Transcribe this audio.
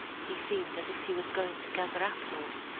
he seemed as if he was going to gather apples.